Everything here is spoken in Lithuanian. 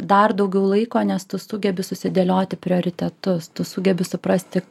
dar daugiau laiko nes tu sugebi susidėlioti prioritetus tu sugebi suprasti